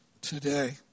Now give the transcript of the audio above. today